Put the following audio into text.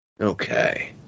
Okay